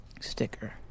sticker